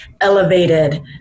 elevated